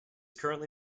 currently